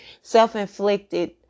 self-inflicted